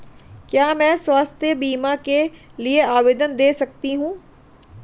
क्या मैं स्वास्थ्य बीमा के लिए आवेदन दे सकती हूँ?